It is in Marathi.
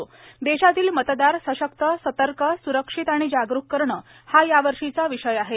देशातील मतदार सशक्त सतर्क स्रक्षित आणि जागरूक करणे हा यावर्षीचा विषय आहे